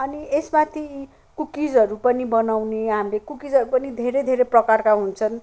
अनि यसमाथि कुकिजहरू पनि बनाउने हामीले कुकिजहरू पनि धेरै धेरै प्रकारका हुन्छन्